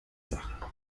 sache